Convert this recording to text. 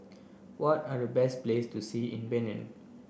what are the best place to see in Benin